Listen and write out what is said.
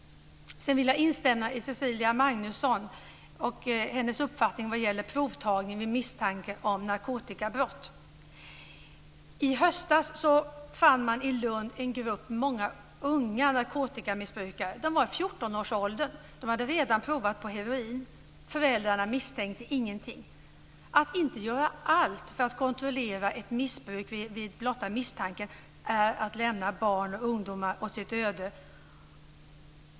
Sedan vill jag instämma i Cecilia Magnussons uppfattning vad gäller provtagning vid misstanke om narkotikabrott. I höstas fann man i Lund en grupp mycket unga narkotikamissbrukare. De var i fjortonårsåldern och hade redan provat på heroin. Föräldrarna misstänkte ingenting. Att inte göra allt för att kontrollera ett missbruk vid blotta misstanken är att lämna barn och ungdomar åt sitt öde.